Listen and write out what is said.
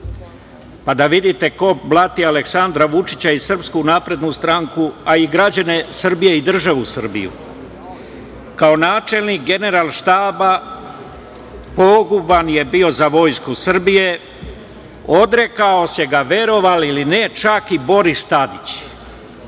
pa da vidite ko blati Aleksandra Vučića i SNS, a i građane Srbije i državu Srbiju. Kao načelnik Generalštaba poguban je bio za Vojsku Srbije, odrekao ga se, verovali ili ne čak i Boris Tadić,